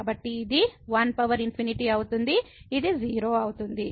కాబట్టి ఇది 1∞ అవుతుంది ఇది 0 అవుతుంది